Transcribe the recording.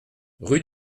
rue